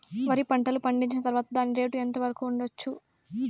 వరి పంటలు పండించిన తర్వాత దాని రేటు ఎంత వరకు ఉండచ్చు